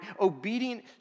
obedient